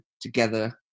together